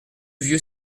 vieux